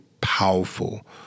powerful